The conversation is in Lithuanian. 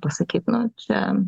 pasakyt nu čia